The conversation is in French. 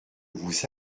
vous